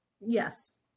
Yes